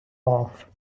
off